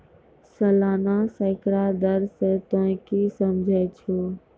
सलाना सैकड़ा दर से तोंय की समझै छौं